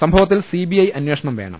സംഭവ ത്തിൽ സിബിഐ അന്വേഷണം വേണം